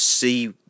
See